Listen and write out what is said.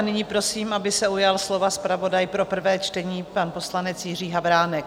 Nyní prosím, aby se ujal slova zpravodaj pro prvé čtení, pan poslanec Jiří Havránek.